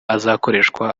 azakoreshwa